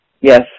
Yes